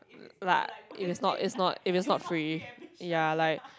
like if it's not is not if it's not free ya like